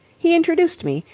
he introduced me.